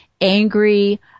angry